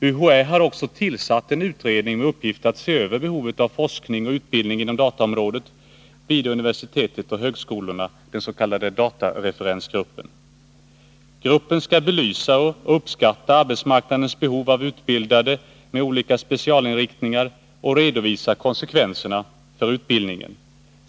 UHÄ har också tillsatt en utredning med uppgift att se över behovet av forskning och utbildning inom dataområdet vid universitet och högskolor, den s.k. datareferensgruppen. Gruppen skall belysa och uppskatta arbetsmarknadens behov av utbildade med olika specialinriktningar och redovisa konsekvenserna för utbildningen.